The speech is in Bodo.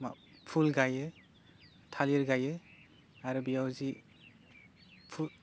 मा फुल गायो थालिर गायो आरो बेयाव जि फु